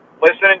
listening